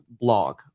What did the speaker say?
blog